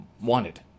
wanted